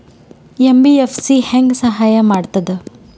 MBFC ಹೆಂಗ್ ಸಹಾಯ ಮಾಡ್ತದ?